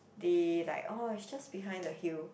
they like orh it's just behind the hill